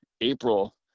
April